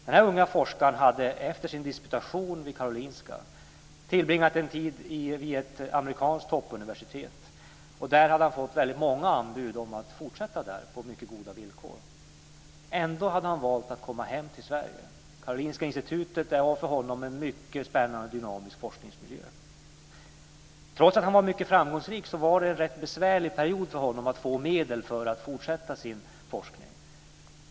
Den här unga forskaren hade efter sin disputation vid Karolinska tillbringat en tid vid ett amerikanskt toppuniversitet. Där hade han fått väldigt många anbud på att fortsätta där på mycket goda villkor. Ändå hade han valt att komma hem till Sverige. Karolinska institutet är för honom en mycket spännande och dynamisk forskningsmiljö. Trots att han var mycket framgångsrik var det rätt besvärligt även för honom att få medel för att fortsätta sin forskning.